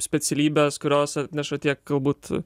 specialybes kurios atneša tiek galbūt